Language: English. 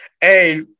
hey